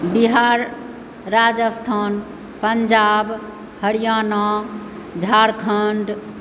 Bihar Rajasthan Punjab Haryana Jharkhand